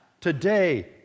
today